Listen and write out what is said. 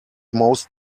most